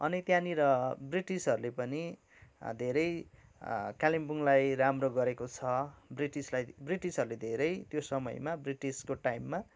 अनि त्यहाँनिर ब्रिटिसहरूले पनि धेरै कालिम्पोङलाई राम्रो गरेको छ ब्रिटिसलाई ब्रिटिसहरूले धेरै त्यो समयमा ब्रिटिसको टाइममा